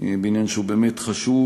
בעניין שהוא באמת חשוב.